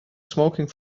smoking